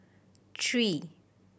three